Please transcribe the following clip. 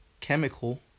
chemical